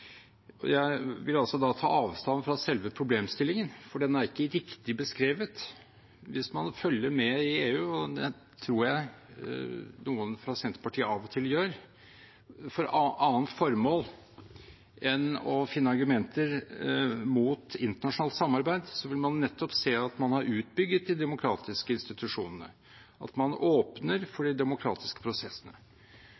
Jeg vil ta avstand fra selve problemstillingen, for den er ikke riktig beskrevet. Hvis man følger med i EU – og det tror jeg noen fra Senterpartiet av og til gjør – for annet formål enn å finne argumenter mot internasjonalt samarbeid, vil man nettopp se at man har utbygget de demokratiske institusjonene, at man åpner for